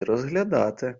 розглядати